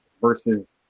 versus